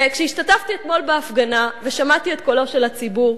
כשהשתתפתי אתמול בהפגנה ושמעתי את קולו של הציבור,